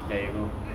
there you go